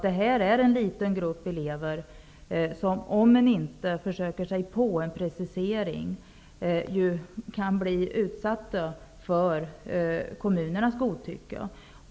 Det här är en liten grupp elever som, om man inte försöker sig på en precisering, kan bli utsatta för kommunernas godtycke.